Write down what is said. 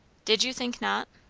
did you think not?